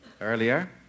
earlier